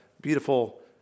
beautiful